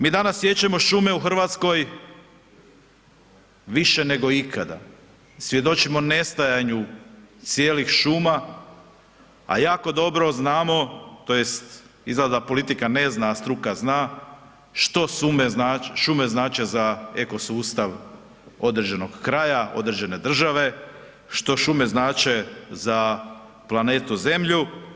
Mi danas siječemo šume u RH više nego ikada, svjedočimo nestajanju cijelih šuma, a jako dobro znamo tj. izgleda da politika ne zna, a struka zna, što šume znače za eko sustav određenog kraja, određene države, što šume znače za planetu zemlju.